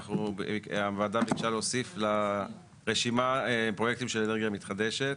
הוועדה ביקשה להוסיף לרשימה פרויקטים של אנרגיה מתחדשת.